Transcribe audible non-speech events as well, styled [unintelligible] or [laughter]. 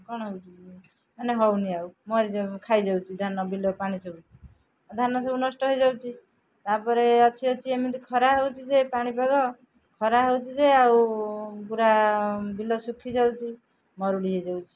କ'ଣ ହେଉଛି ମାନେ ହଉନି ଆଉ ମରି [unintelligible] ଖାଇ ଯାଉଛି ଧାନ ବିଲ ପାଣି ସବୁ ଆଉ ଧାନ ସବୁ ନଷ୍ଟ ହେଇଯାଉଛି ତା'ପରେ ଅଛି ଅଛି ଏମିତି ଖରା ହେଉଛି ଯେ ପାଣିପାଗ ଖରା ହେଉଛି ଯେ ଆଉ ପୁରା ବିଲ ଶୁଖି ଯାଉଛି ମରୁଡ଼ି ହେଇଯାଉଛିି